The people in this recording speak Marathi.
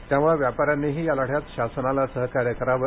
त्यामुळे व्यापाऱ्यांनीही या लढ्यात शासनाला सहकार्य करावं